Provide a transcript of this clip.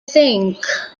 think